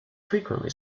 frequently